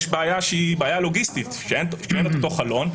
יש בעיה שהיא בעיה לוגיסטית, שאין את אותו חלון.